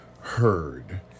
heard